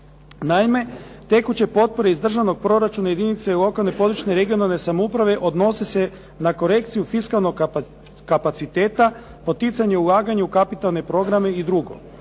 Naime, tekuće potpore iz državnog proračuna jedinice lokalne i područne (regionalne) samouprave odnose se na korekciju fiskalnog kapaciteta, poticanje ulaganja u kapitalne programe i drugo.